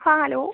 हँ हेलो